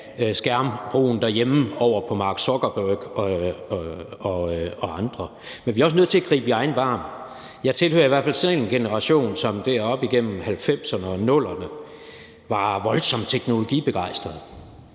skærmbrugen derhjemme over på Mark Zuckerberg og andre. Vi er også nødt til at gribe i egen barm. Jeg tilhører i hvert fald selv en generation, som op gennem 1990'erne og 00'erne var voldsomt teknologibegejstret.